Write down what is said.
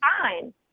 fine